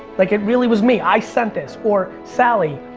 like it really was me, i sent this, or, sally,